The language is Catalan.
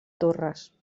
torres